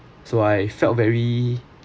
so I felt very